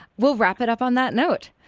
we'll wrap it up on that note.